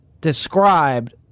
described